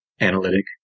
analytic